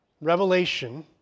Revelation